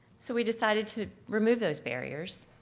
so we decided to remove those barriers,